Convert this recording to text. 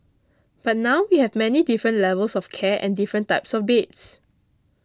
but now we have many different levels of care and different types of beds